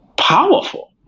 powerful